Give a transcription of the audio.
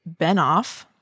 Benoff